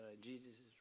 Jesus